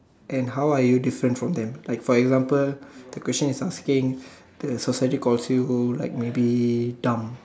and how are you different from them like for example the question is asking the society quality like maybe dumb